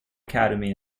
academy